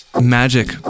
magic